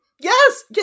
Yes